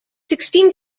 sixteen